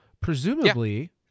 Presumably